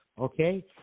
okay